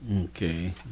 Okay